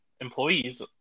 employees